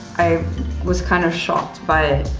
i was kind of shocked by,